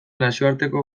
nazioarteko